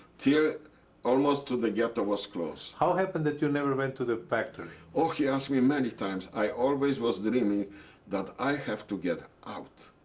till almost to the ghetto was closed. how happened that you never went to the factory? he asked me many times. i always was dreaming that i have to get out.